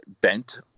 bent